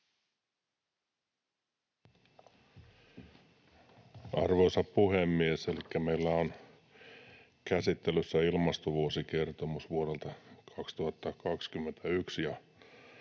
Arvoisa puhemies! Elikkä meillä on käsittelyssä ilmastovuosikertomus vuodelta 2021,